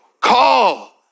call